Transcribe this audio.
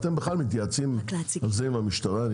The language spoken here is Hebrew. אתם מתייעצים עם המשטרה?